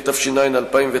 התש"ע 2009,